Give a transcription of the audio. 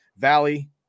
Valley